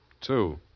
Two